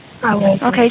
Okay